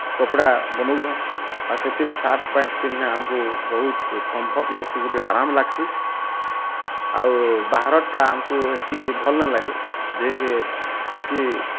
କପଡ଼ା ବନଉଛନ୍ ଆଉ ସେଥିର୍ ଶାର୍ଟ ପାଣ୍ଟ ପିନ୍ଧିଲେ ଆମକୁ ବହୁତ କମ୍ଫଟ୍ ଲାଗସି ଗୁଟେ ଆରମ୍ ଲାଗସି ଆଉ ବାହାରଟା ଆମକୁ ହେତକି ଭଲ୍ ନେଇ ଲାଗେ ଦିହି କି ହେତକି